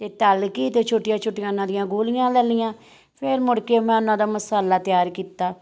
ਅਤੇ ਤਲ ਕੇ ਤੇ ਛੋਟੀਆਂ ਛੋਟੀਆਂ ਉਹਨਾਂ ਦੀਆਂ ਗੋਲੀਆਂ ਲੈ ਲਈਆਂ ਫਿਰ ਮੁੜ ਕੇ ਮੈਂ ਉਹਨਾਂ ਦਾ ਮਸਾਲਾ ਤਿਆਰ ਕੀਤਾ